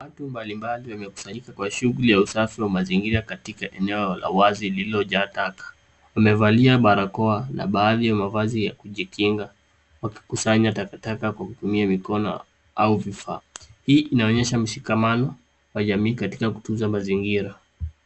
Watu mbalimbali wamekusanyika kwa shughuli ya usafi wa mazingira katika eneo la wazi lililojaa taka, wamevalia barakoa na baadhi ya mavazi ya kujikinga wakikusanya takataka kwa kutumia mikono au vifaa. Hii inaonesha mshikamano wa jamii katika kutunza mazingira.